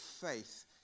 faith